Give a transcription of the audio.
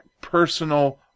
personal